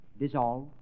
Dissolve